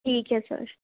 ठीक है सर